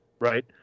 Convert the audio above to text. Right